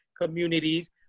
communities